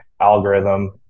algorithm